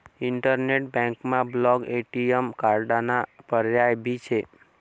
internet बँकमा block ATM कार्डाना पर्याय भी शे